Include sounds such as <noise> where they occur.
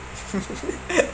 <laughs>